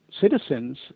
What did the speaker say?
citizens